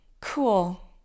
cool